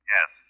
Yes